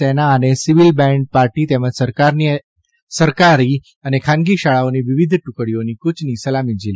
સેના અને civil band party તેમજ સરકારની અને ખાનગી શાળાઓની વિવિધ ટુકડીઓની કુંયની સલામી ઝીલી ફતી